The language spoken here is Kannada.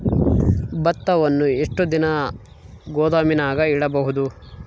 ಭತ್ತವನ್ನು ಎಷ್ಟು ದಿನ ಗೋದಾಮಿನಾಗ ಇಡಬಹುದು?